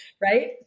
Right